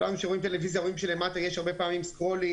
כשרואים טלוויזיה רואים שלמטה יש הרבה פעמים scroll,